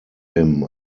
him